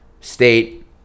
state